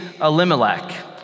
Elimelech